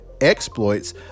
exploits